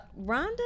Rhonda